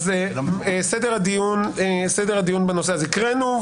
סדר הדיון בנושא הקראנו,